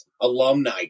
alumni